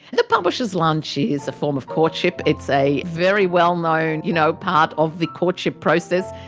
the publisher's lunch is a form of courtship. it's a very well-known you know part of the courtship process.